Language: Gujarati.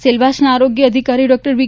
સેલવાસના આરોગ્ય અધિકારી ડોક્ટર વી